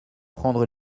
prendre